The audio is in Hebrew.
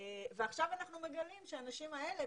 ועכשיו אנחנו מגלים שהנשים האלה,